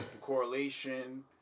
Correlation